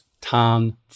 tan